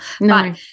No